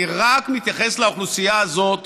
אני רק מתייחס לאוכלוסייה הזאת,